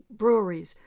breweries